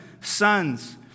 sons